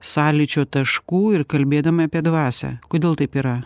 sąlyčio taškų ir kalbėdami apie dvasią kodėl taip yra